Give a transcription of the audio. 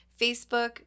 Facebook